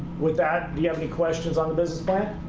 with that, do you have any questions on the business plan?